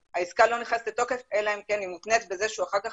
העסקה לא נכנסת לתוקף אלא אם כן היא מותנית בזה שהוא אחר כך